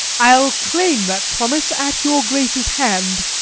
i'll claim that promise at your grace's hand.